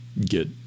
get